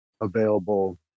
available